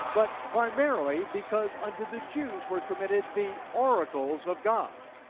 but primarily because unto the jews were committed the oracles of god.